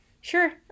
Sure